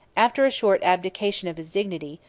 after a short abdication of his dignity,